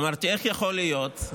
אמרתי: איך יכול להיות?